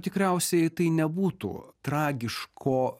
tikriausiai tai nebūtų tragiško